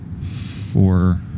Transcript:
Four